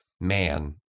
man